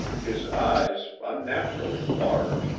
his eyes, unnaturally large,